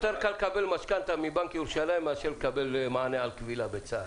יותר קל לקבל משכנתא מבנק ירושלים מאשר לקבל מענה על קבילה בצה"ל.